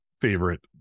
favorite